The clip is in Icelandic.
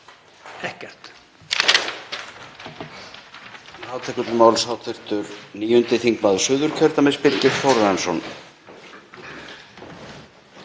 Ekkert.